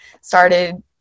started